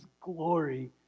glory